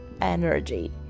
energy